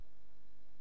אחד.